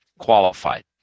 qualified